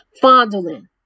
Fondling